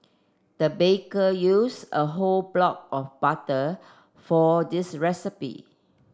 the baker use a whole block of butter for this recipe